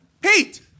Pete